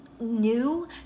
new